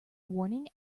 warning